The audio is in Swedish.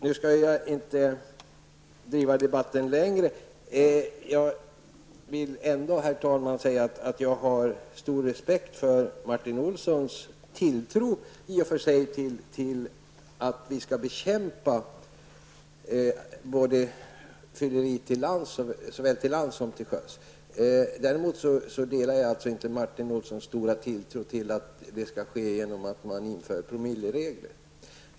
Nu skall jag inte föra debatten längre, men vill ändå, herr talman, framhålla att jag i och för sig har stor respekt för Martin Olssons inställning att vi skall bekämpa fylleriet såväl till lands som till sjöss. Men jag delar alltså inte Martin Olssons stora tro på att det kan ske genom införande av promilleregler.